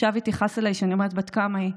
עכשיו היא תכעס עליי שאני אומרת בת כמה היא,